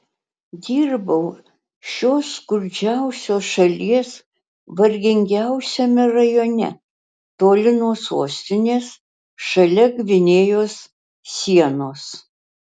dirbau šios skurdžiausios šalies vargingiausiame rajone toli nuo sostinės šalia gvinėjos sienos